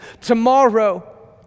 tomorrow